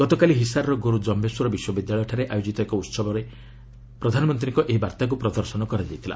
ଗତକାଲି ହିସାରର ଗୁରୁ ଜମ୍ବେଶ୍ୱର ବିଶ୍ୱବିଦ୍ୟାଳୟରେ ଆୟୋଜିତ ଏକ ଉହବ ଅବସରରେ ପ୍ରଧାନମନ୍ତ୍ରୀଙ୍କ ଏହି ବାର୍ଭାକୁ ପ୍ରଦର୍ଶନ କରାଯାଇଥିଲା